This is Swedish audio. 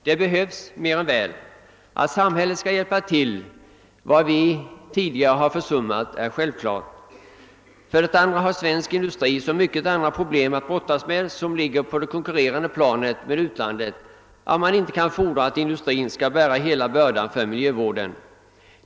Det behövs mer än väl. Att samhället skall hjälpa till med att återställa vad vi tidigare har försummat är självklart. Svensk industri har dessutom så många andra problem att brottas med — t.ex. konkurrens med utlandet — att man inte kan fordra att den själv skall bära hela bördan för miljövården.